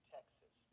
Texas